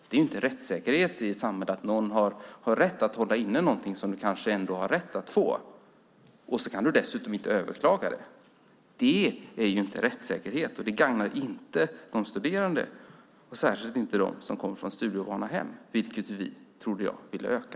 Det är inte rättssäkerhet i ett samhälle att någon har rätt att hålla inne något som du kanske ändå har rätt att få, och så kan du dessutom inte överklaga det. Det är inte rättssäkerhet, och det gagnar inte de studerande. Det gagnar särskilt inte dem som kommer från studieovana hem, en andel som vi - trodde jag - vill öka.